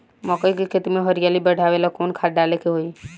मकई के खेती में हरियाली बढ़ावेला कवन खाद डाले के होई?